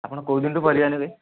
ଆପଣ କେଉଁ ଦିନଠୁ ପରିବା ନେବେ